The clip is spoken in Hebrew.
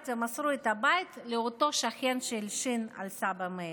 ומסרו את הבית לאותו שכן שהלשין על סבא מאיר.